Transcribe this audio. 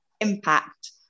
impact